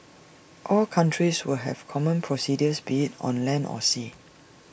all countries will have common procedures be IT on land or sea